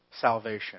salvation